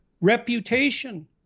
reputation